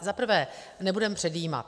Za prvé, nebudeme předjímat.